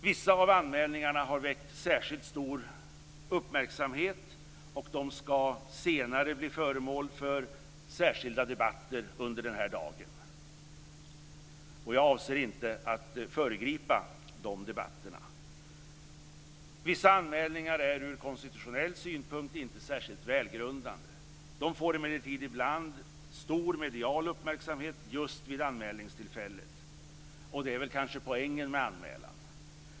Vissa av anmälningarna har väckt särskilt stor uppmärksamhet och de ska senare under den här dagen bli föremål för särskilda debatter. Jag avser inte att föregripa de debatterna. Vissa anmälningar är ur konstitutionell synpunkt inte särskilt välgrundade. De får emellertid ibland stor medial uppmärksamhet just vid anmälningstillfället. Det är väl kanske poängen med anmälan.